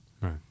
right